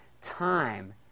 time